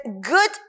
good